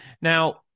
Now